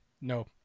No